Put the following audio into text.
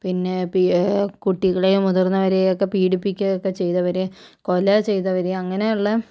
പിന്നെ പി കുട്ടികളേയും മുതിർന്നവരേയൊക്കെ പീഡിപ്പിക്കയൊക്കെ ചെയ്തവര് കൊല ചെയ്തവര് അങ്ങനെയുള്ള